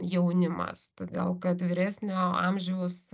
jaunimas todėl kad vyresnio amžiaus